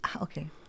okay